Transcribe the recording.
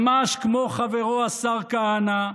ממש כמו חברו השר כהנא,